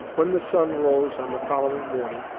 when the sun rose on the following morning,